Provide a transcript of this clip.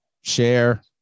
share